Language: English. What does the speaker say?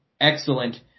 excellent